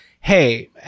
Hey